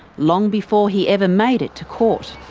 long before he ever made it to court.